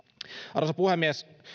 arvoisa puhemies